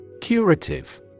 Curative